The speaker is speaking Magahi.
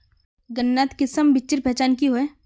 गन्नात किसम बिच्चिर पहचान की होय?